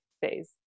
phase